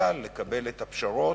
אלא לקבל את הפשרות,